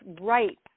right